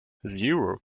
zero